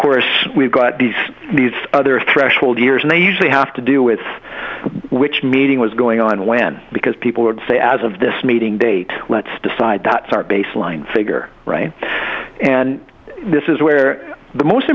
course we've got these these other threshold years and they usually have to do with which meeting was going on when because people would say as of this meeting date let's decide that's our baseline figure right and this is where the most